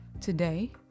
Today